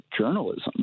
journalism